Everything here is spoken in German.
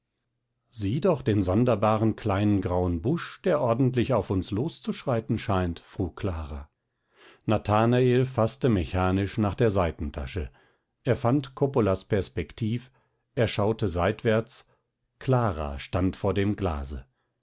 sieh doch den sonderbaren kleinen grauen busch der ordentlich auf uns los zu schreiten scheint frug clara nathanael faßte mechanisch nach der seitentasche er fand coppolas perspektiv er schaute seitwärts clara stand vor dem glase